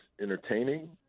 entertaining